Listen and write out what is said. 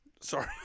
Sorry